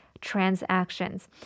transactions